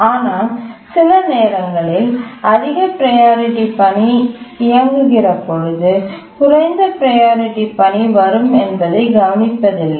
ஆனால் சில நேரங்களில் அதிக ப்ரையாரிட்டி பணி இயங்குகிற பொழுது குறைந்த ப்ரையாரிட்டி பணி வரும் என்பதை கவனிப்பதில்லை